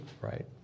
right